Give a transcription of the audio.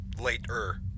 Later